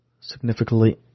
significantly